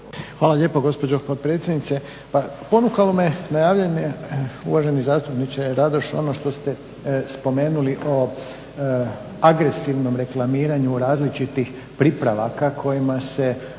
Hvala lijepo gospođo potpredsjednice. Pa ponukalo me na javljanje uvaženi zastupniče Radoš ono što ste spomenuli o agresivnom reklamiranju različitih pripravaka kojima se